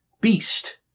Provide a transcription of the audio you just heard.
Beast